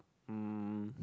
um